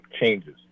changes